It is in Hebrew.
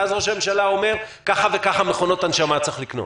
ואז ראש הממשלה אומר: ככה וככה מכונות הנשמה צריך לקנות.